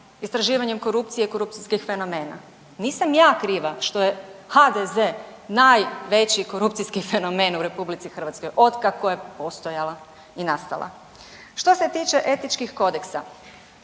istraživanjem korupcije, korupcijskih fenomena. Nisam ja kriva što je HDZ-e najveći korupcijski fenomen u Republici Hrvatskoj od kako je postojala i nastala. Što se tiče etičkih kodeksa,